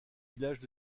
villages